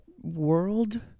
world